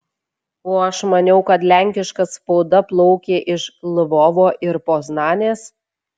o aš maniau kad lenkiška spauda plaukė iš lvovo ir poznanės